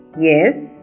yes